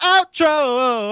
Outro